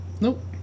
Nope